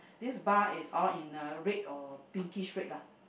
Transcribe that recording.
this bar is all in a red or pinkish red lah